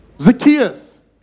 Zacchaeus